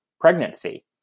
pregnancy